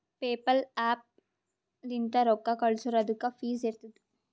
PayPal app ಲಿಂತ್ ರೊಕ್ಕಾ ಕಳ್ಸುರ್ ಅದುಕ್ಕ ಫೀಸ್ ಇರ್ತುದ್